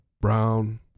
brown